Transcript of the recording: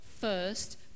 first